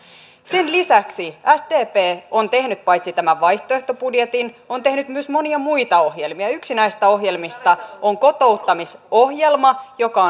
sen lisäksi sdp on tehnyt paitsi tämän vaihtoehtobudjetin myös monia muita ohjelmia yksi näistä ohjelmista on kotouttamisohjelma joka